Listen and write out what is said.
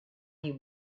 you